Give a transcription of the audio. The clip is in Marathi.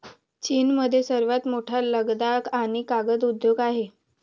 चीनमध्ये सर्वात मोठा लगदा आणि कागद उद्योग आहे